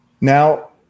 Now